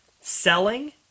selling